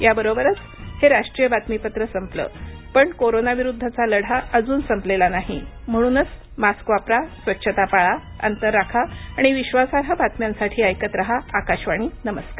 याबरोबरच हे राष्ट्रीय बातमीपत्र संपलं पण कोरोना विरुद्धचा लढा अजून संपलेला नाही म्हणूनच मास्क वापरा स्वच्छता पाळा अंतर राखा आणि विश्वासार्ह बातम्यांसाठी ऐकत रहा आकाशवाणी नमस्कार